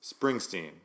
Springsteen